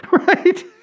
Right